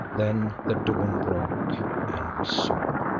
then the dawn broke and we saw.